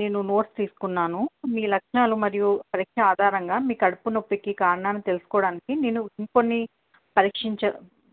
నేను నోట్స్ తీసుకున్నాను మీ లక్షణాలు మరియు పరీక్ష ఆధారంగా మీ కడుపు నొప్పికి కారణన్ని తెలుసుకోవడానికి నేను ఇంకొన్ని పరీక్షించ